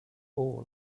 all